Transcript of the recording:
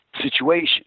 situation